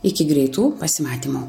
iki greitų pasimatymų